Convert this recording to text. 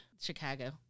Chicago